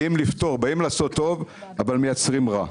באים לעשות טוב, אבל מייצרים רע.